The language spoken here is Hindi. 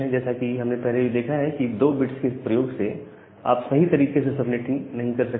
जैसा कि हमने पहले देखा भी है कि 2 बिट्स के प्रयोग से आप सही तरीके से सबनेटिंग नहीं कर सकते